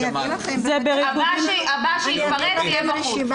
הבא שיתפרץ יהיה בחוץ.